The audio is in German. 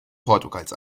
portugals